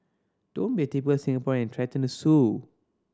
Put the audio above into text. don't be a typical Singaporean and threaten to sue